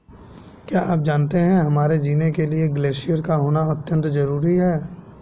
क्या आप जानते है हमारे जीने के लिए ग्लेश्यिर का होना अत्यंत ज़रूरी है?